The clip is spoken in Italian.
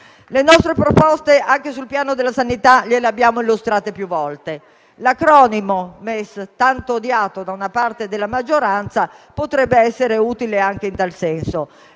Le nostre proposte, anche sul piano della sanità, gliele abbiamo illustrate più volte. L'acronimo MES, tanto odiato da una parte della maggioranza, potrebbe essere utile anche in tal senso.